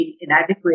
inadequate